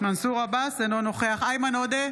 אינו נוכח איימן עודה,